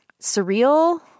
surreal